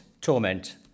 torment